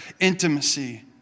intimacy